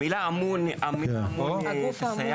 המילה "אמון" היא --- הגוף האמון.